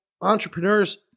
entrepreneurs